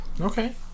okay